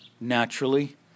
naturally